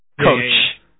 coach